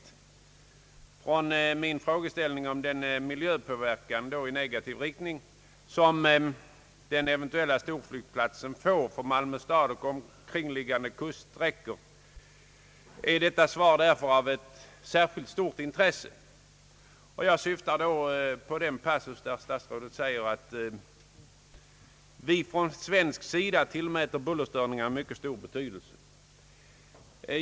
Utifrån min frågeställning rörande den miljöpåverkan — i negativ riktning — som den eventuella storflygplatsen får för Malmö stad och omkringliggande kuststräckor är svaret av särskilt stort intresse. Jag syftar på den passus där statsrådet säger att vi från svensk sida tillmäter bullerstörningarna mycket stor betydelse.